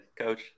Coach